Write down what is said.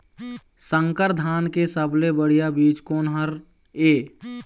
संकर धान के सबले बढ़िया बीज कोन हर ये?